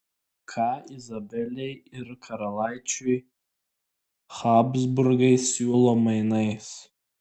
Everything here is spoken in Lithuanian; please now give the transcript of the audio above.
ką izabelei ir karalaičiui habsburgai siūlo mainais